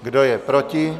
Kdo je proti?